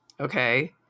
Okay